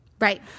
right